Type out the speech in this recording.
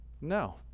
No